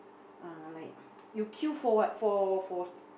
uh like you queue for what for for